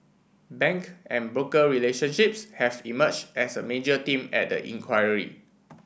bank and broker relationships have emerged as a major theme at the inquiry